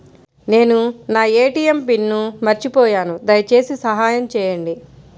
నేను నా ATM pin మర్చిపోయాను దయచేసి సహాయం చేయండి